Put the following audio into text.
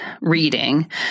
reading